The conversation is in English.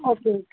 okay